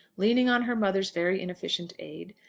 leaning on her mother's very inefficient aid,